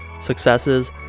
successes